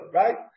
right